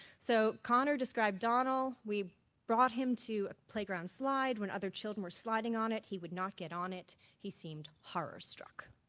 so kanner described donald, we brought him to a playground slide when other children were sliding on it, he would not get on it, he seemed horror struck.